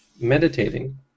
meditating